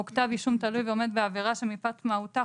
או כתב אישום תלוי ועומד בעבירה שמפאת מהותה,